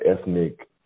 ethnic